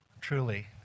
truly